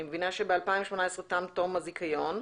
אני מבינה שב-2018 תם תום הזיכיון.